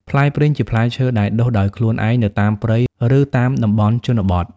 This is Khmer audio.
ផ្លែព្រីងជាផ្លែឈើដែលដុះដោយខ្លួនឯងនៅតាមព្រៃ ឬតាមតំបន់ជនបទ។